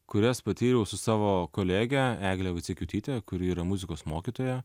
kurias patyriau su savo kolege egle vaiciekiūtyte kuri yra muzikos mokytoja